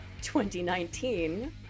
2019